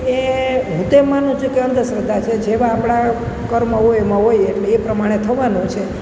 એ હુ તો એમ માનું છુંકે અંધશ્રદ્ધા છે જેવા આપણા કર્મ હોય એમાં હોય એટલે એ પ્રમાણે થવાનું છે